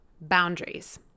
boundaries